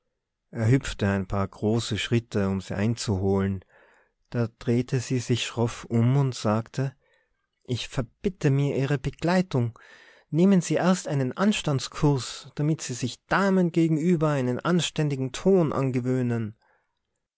hüpfte ein paar große schritte um sie einzuholen da drehte sie sich schroff um und sagte ich verbitte mir ihre begleitung nehmen sie erst einen anstandskursus damit sie sich damen gegenüber einen anständigen ton angewöhnen